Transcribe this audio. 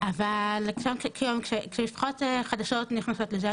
אבל כיום כשמשפחות חדשות נכנסות לזה,